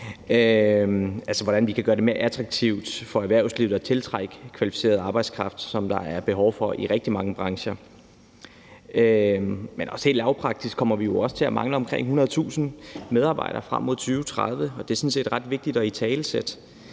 altså, hvordan vi kan gøre det mere attraktivt for erhvervslivet at tiltrække kvalificeret arbejdskraft, som der er behov for i rigtig mange brancher. Men også helt lavpraktisk kommer vi jo også til at mangle omkring 100.000 medarbejdere frem mod 2030, og det er sådan set ret vigtigt at italesætte.